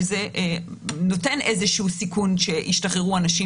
שזה נותן איזשהו סיכון שישתחררו אנשים